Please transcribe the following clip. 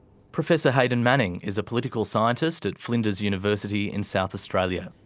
professor haydon manning is a political scientist at flinders university in south australia.